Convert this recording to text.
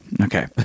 Okay